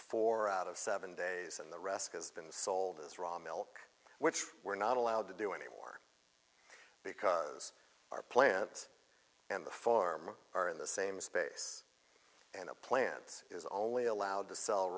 four out of seven days and the rest is been sold as raw milk which we're not allowed to do anymore because our plants and the farm are in the same space and the plants is only allowed to sell